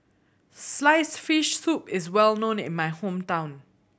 sliced fish soup is well known in my hometown